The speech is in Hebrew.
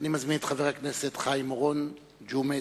אני מזמין את חבר הכנסת חיים אורון, ג'ומס,